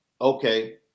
okay